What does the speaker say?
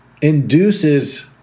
induces